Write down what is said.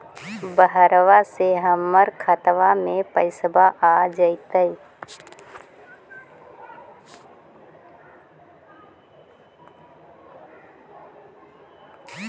बहरबा से हमर खातबा में पैसाबा आ जैतय?